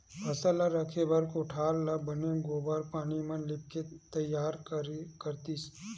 फसल ल राखे बर कोठार ल बने गोबार पानी म लिपके तइयार करतिस